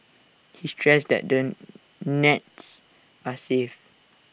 he stressed that the nets are safe